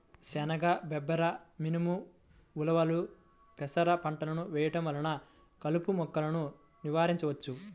శనగ, బబ్బెర, మినుము, ఉలవలు, పెసర పంటలు వేయడం వలన కలుపు మొక్కలను నివారించవచ్చు